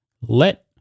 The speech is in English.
Let